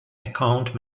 account